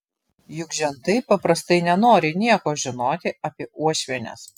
juk žentai paprastai nenori nieko žinoti apie uošvienes